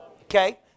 Okay